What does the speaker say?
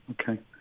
okay